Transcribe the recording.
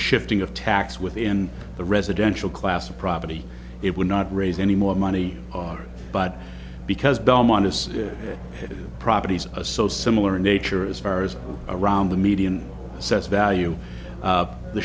shifting of tax within the residential class a property it would not raise any more money but because belmont is properties a so similar nature as far as around the median assessed value